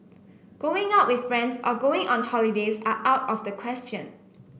going out with friends or going on holidays are out of the question